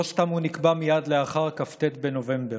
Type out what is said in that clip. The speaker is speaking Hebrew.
לא סתם הוא נקבע מייד לאחר כ"ט בנובמבר,